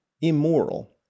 immoral